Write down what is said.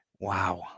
Wow